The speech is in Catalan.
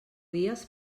dies